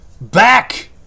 back